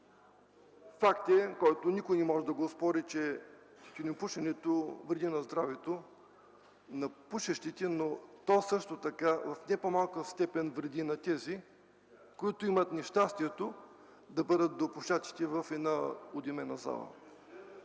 факт, който никой не може да оспори, че тютюнопушенето вреди на здравето на пушещите, но също така в не по-малка степен вреди и на тези, които имат нещастието да бъдат до пушачите в една задимена зала.